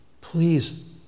please